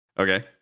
Okay